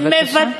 בבקשה.